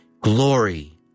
Glory